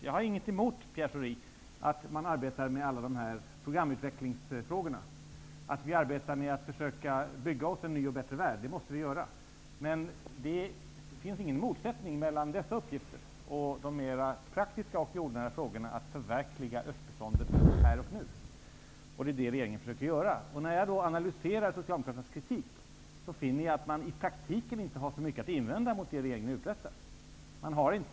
Jag har, Pierre Schori, ingenting emot att vi arbetar med alla dessa programutvecklingsfrågor och med att försöka bygga oss en ny och bättre värld. Det måste vi göra. Men det finns ingen motsättning mellan dessa uppgifter och de mer praktiska och jordnära frågorna för att förverkliga östbiståndet här och nu. Det är det regeringen försöker göra. När jag analyserar Socialdemokraternas kritik finner jag att man i praktiken inte har så mycket att invända mot det regeringen uträttar.